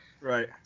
Right